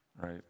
right